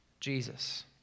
Jesus